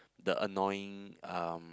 the annoying um